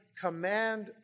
command